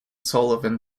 sullivan